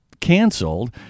canceled